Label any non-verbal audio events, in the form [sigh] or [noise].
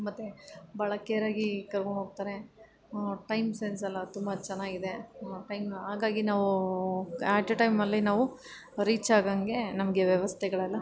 ಮತ್ತೆ ಭಾಳ ಕೇರಾಗಿ ಕರ್ಕೊಂಡೋಗ್ತಾರೆ ಟೈಮ್ ಸೆನ್ಸ್ ಎಲ್ಲ ತುಂಬ ಚೆನ್ನಾಗಿದೆ [unintelligible] ಹಾಗಾಗಿ ನಾವು ಆಟ್ ಅ ಟೈಮಲ್ಲಿ ನಾವು ರೀಚ್ ಆಗಂಗೆ ನಮಗೆ ವ್ಯವಸ್ಥೆಗಳೆಲ್ಲ